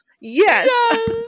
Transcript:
Yes